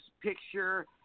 picture